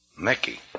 Mickey